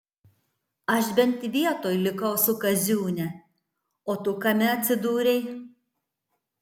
aš bent vietoj likau su kaziūne o tu kame atsidūrei